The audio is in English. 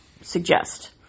suggest